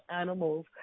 animals